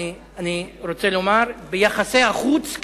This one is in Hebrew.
ביחסי החוץ,